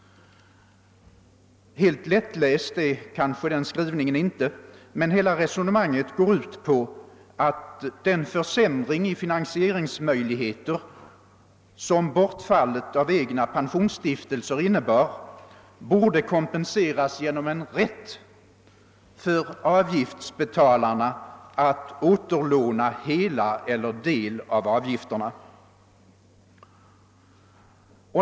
Helt lättläst är kanske inte den skrivningen, men hela resonemanget går ut på att den försämring i finansieringsmöjligheter som bortfallet av egna pensionsstiftelser innebar borde kompenseras genom en rätt för avgiftsbetalarna att återlåna hela avgiften eller del av den.